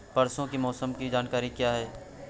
परसों के मौसम की जानकारी क्या है?